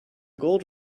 gold